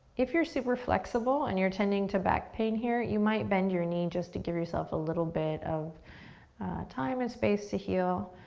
if you're super flexible, and you're tending to back pain here, you might bend your knee just to give yourself a little bit of time and space to heal.